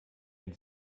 ein